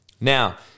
Now